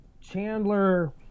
Chandler